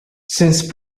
since